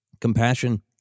compassion